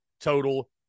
total